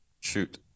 Shoot